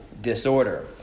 disorder